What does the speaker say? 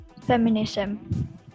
feminism